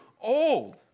old